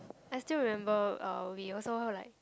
I still remember uh we also hold like